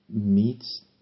meets